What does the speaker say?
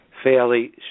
Fairly